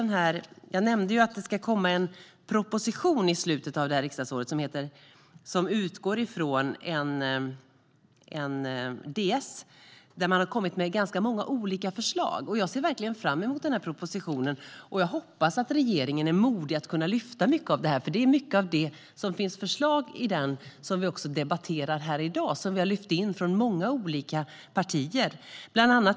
Jag nämnde ju att det ska komma en proposition i slutet av det här riksdagsåret. Den utgår från en departementsskrivelse där man har kommit med ganska många olika förslag. Jag ser verkligen fram emot denna proposition, och jag hoppas att regeringen är modig nog att kunna lyfta fram mycket av det som vi också debatterar här i dag och som har förts fram från olika partier, för mycket av det finns föreslaget.